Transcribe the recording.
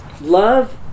Love